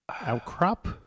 outcrop